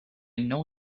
know